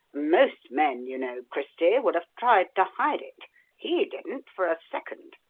most men, you know, christy, would have tried to hide it he didn't for a second.